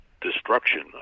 destruction